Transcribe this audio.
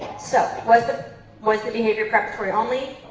so, was the was the behavior preparatory only?